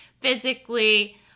physically